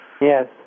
Yes